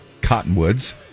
cottonwoods